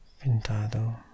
pintado